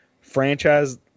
franchise